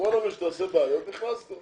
אמרו לנו שאתה עושה בעיות, אז נכנסנו.